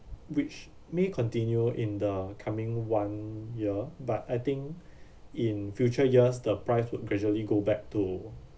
which may continue in the coming one year but I think in future years the price would gradually go back to